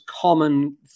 common